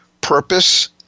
purpose